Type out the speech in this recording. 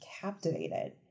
captivated